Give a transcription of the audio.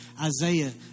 Isaiah